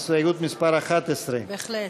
הסתייגות מס' 11. בהחלט.